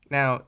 Now